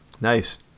Nice